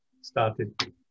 started